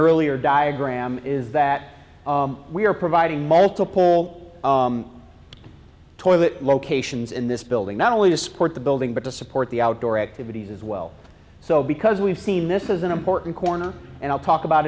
earlier diagram is that we are providing multiple toilet locations in this building not only to support the building but to support the outdoor activities as well so because we've seen this is an important corner and i'll talk about